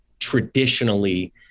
traditionally